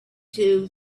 two